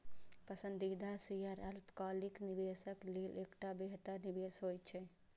पसंदीदा शेयर अल्पकालिक निवेशक लेल एकटा बेहतर निवेश होइ छै